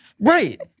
right